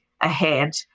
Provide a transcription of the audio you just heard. ahead